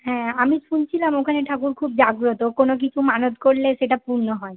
হ্যাঁ আমি শুনছিলাম ওখানে ঠাকুর খুব জাগ্রত কোন কিছু মানত কারলে সেটা পূর্ণ হয়